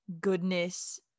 goodness